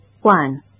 One